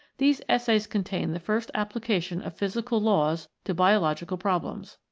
these essays contain the first application of physical laws to biological problems.